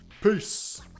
Peace